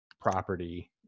property